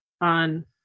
on